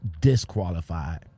disqualified